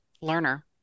learner